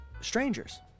strangers